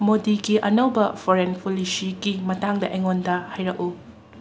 ꯃꯣꯗꯤꯒꯤ ꯑꯅꯧꯕ ꯐꯣꯔꯦꯟ ꯄꯣꯂꯤꯁꯤꯒꯤ ꯃꯇꯥꯡꯗ ꯑꯩꯉꯣꯟꯗ ꯍꯥꯏꯔꯛꯎ